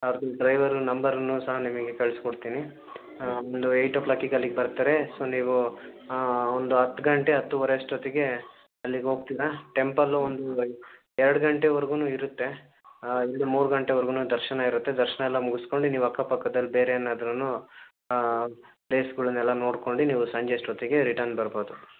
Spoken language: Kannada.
ಅದ್ರ ಡ್ರೈವರ್ ನಂಬರನ್ನು ಸಹ ನಿಮಗೆ ಕಳ್ಸ್ಕೊಡ್ತೀನಿ ಆಮೇಲೆ ಎಯ್ಟ್ ಓ ಕ್ಲಾಕಿಗೆ ಅಲ್ಲಿಗೆ ಬರ್ತಾರೆ ಸೊ ನೀವು ಒಂದು ಹತ್ತು ಗಂಟೆ ಹತ್ತೂವರೆ ಅಷ್ಟೊತ್ತಿಗೆ ಅಲ್ಲಿಗೆ ಹೋಗ್ತೀರ ಟೆಂಪಲ್ಲು ಒಂದು ಎರಡು ಗಂಟೆವರ್ಗೂ ಇರುತ್ತೆ ಇಲ್ಲಿ ಮೂರು ಗಂಟೆವರೆಗೂ ದರ್ಶನ ಇರುತ್ತೆ ದರ್ಶನ ಎಲ್ಲ ಮುಗ್ಸ್ಕೊಂಡು ನೀವು ಅಕ್ಕಪಕ್ಕದಲ್ಲಿ ಬೇರೆ ಏನಾದ್ರೂ ಪ್ಲೇಸ್ಗಳನೆಲ್ಲ ನೋಡ್ಕೊಂಡು ನೀವು ಸಂಜೆ ಅಷ್ಟೊತ್ತಿಗೆ ರಿಟರ್ನ್ ಬರ್ಬೋದು